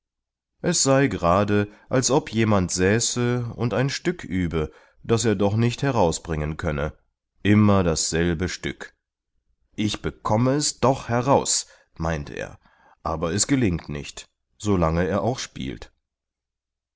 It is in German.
es sei gerade als ob jemand säße und ein stück übe das er doch nicht herausbringen könne immer dasselbe stück ich bekomme es doch heraus meint er aber es gelingt nicht so lange er auch spielt